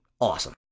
awesome